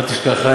אל תשכח,